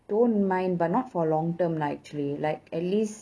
don't mind but not for long term lah actually like at least